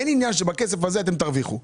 אין עניין שבכסף הזה אתם תרוויחו.